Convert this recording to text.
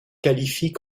qualifient